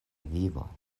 vivo